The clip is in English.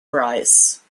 rice